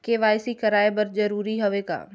KYC कराय बर जरूरी हवे का?